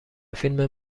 فیلم